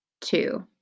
two